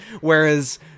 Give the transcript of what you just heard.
Whereas